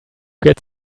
get